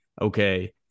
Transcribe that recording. Okay